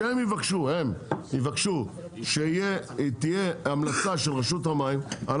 שהם יבקשו שתהיה המלצה של רשות המים על